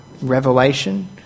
Revelation